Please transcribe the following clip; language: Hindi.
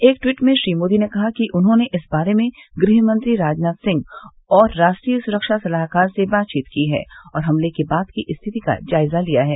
एक ट्वीट में श्री मोदी ने कहा है कि उन्होंने इस बारे में गृहमंत्री राजनाथ सिंह और राष्ट्रीय सुरक्षा सलाहकार से बातचीत की है और हमले के बाद की स्थिति का जायजा लिया है